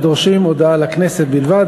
שדורשים הודעה לכנסת בלבד.